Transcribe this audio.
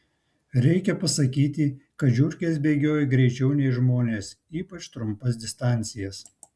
reikia pasakyti kad žiurkės bėgioja greičiau nei žmonės ypač trumpas distancijas